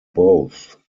both